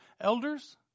elders